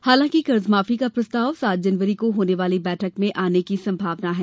हालांकि कर्जमाफी का प्रस्ताव सात जनवरी को होने वाली बैठक में आने की संभावना है